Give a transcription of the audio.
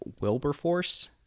wilberforce